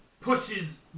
pushes